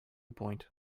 point